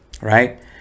right